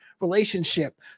relationship